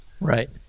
Right